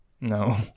No